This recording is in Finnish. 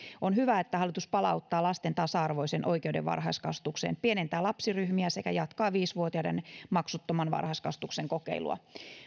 on hyvä että hallitus palauttaa lasten tasa arvoisen oikeuden varhaiskasvatukseen pienentää lapsiryhmiä sekä jatkaa viisivuotiaiden maksuttoman varhaiskasvatuksen kokeilua